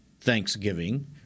Thanksgiving